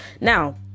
now